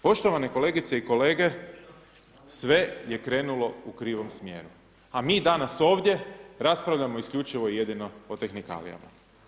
Poštovane kolegice i kolege, sve je krenulo u krivom smjeru a mi danas ovdje raspravljamo isključivo i jedino o tehnikalijama.